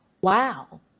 wow